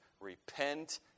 Repent